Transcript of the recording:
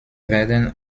werden